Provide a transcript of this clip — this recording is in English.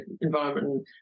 environment